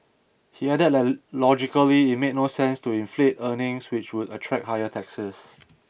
he added that logically it made no sense to inflate earnings which would attract higher taxes